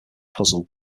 puzzle